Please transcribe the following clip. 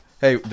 Hey